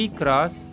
cross